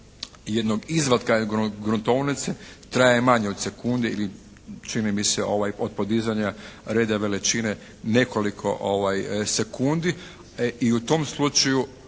jednog izvatka gruntovnice traje manje od sekudni ili čini mi se od podizanja reda veličine nekoliko sekundi. I u tom slučaju